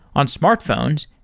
on smartphones,